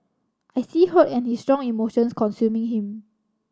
I see hurt and his strong emotions consuming him